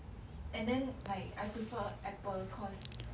and then like I prefer apple cause